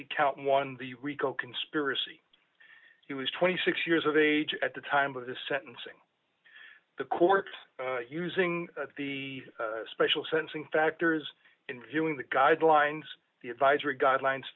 count one the rico conspiracy he was twenty six years of age at the time of the sentencing the court using the special sensing factors in viewing the guidelines the advisory guidelines